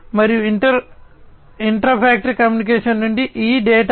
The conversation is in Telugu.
మరియు ఇంటర్ ఇంట్రా ఫ్యాక్టరీ కమ్యూనికేషన్ నుండి ఈ డేటా